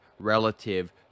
Relative